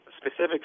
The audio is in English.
specific